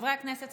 חברי הכנסת,